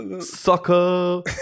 Sucker